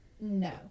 No